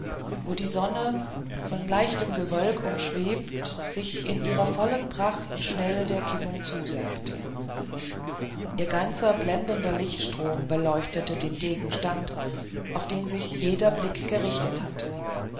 wo die sonne von leichtem gewölk umschwebt sich in ihrer vollsten pracht schnell der kimmung zusenkte ihr ganzer blendender lichtstrom beleuchtete den gegenstand auf den sich jeder blick gerichtet hatte